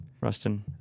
Rustin